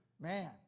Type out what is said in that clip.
Man